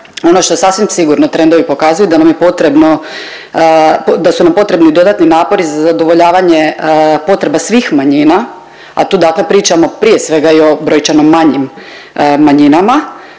ono što sasvim sigurno trendovi pokazuju da nam je potrebno, da su nam potrebni dodatni napori za zadovoljavanje potreba svih manjina, a tu dakle pričamo prije svega i o brojčano manjim manjinama